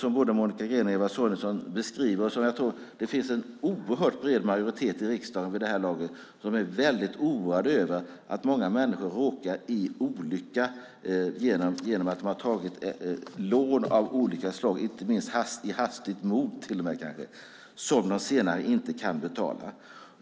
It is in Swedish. Och jag tror att det finns en oerhört bred majoritet i riksdagen vid det här laget som är väldigt oroad över att många människor råkar i olycka genom att de har tagit lån av olika slag, inte minst i hastigt mod, som de senare inte kan betala.